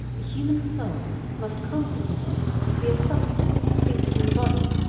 the human soul must consequently be a substance distinct from the body,